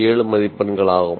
7 மதிப்பெண்களாகும்